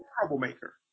troublemaker